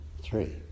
three